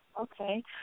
Okay